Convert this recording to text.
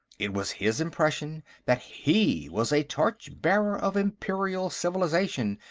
it was his impression that he was a torch-bearer of imperial civilization,